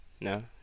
No